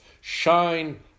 shine